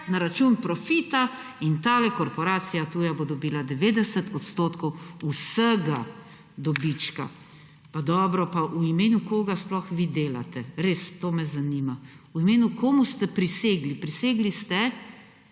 na račun profita in tale korporacija tuja bo dobila 90 odstotkov vsega dobička. Pa dobro, pa v imenu koga sploh vi delate? Res, to me zanima. Komu ste prisegli? Prisegli ste,